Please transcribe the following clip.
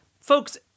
Folks